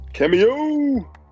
cameo